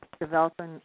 developing